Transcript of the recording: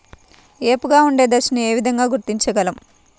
ఏపుగా ఉండే దశను ఏ విధంగా గుర్తించగలం?